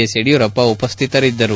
S Yediyurappa ಉಪಸ್ಟಿತರಿದ್ದರು